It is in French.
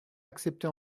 accepter